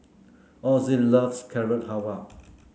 Azzie loves Carrot Halwa